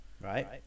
right